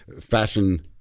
fashion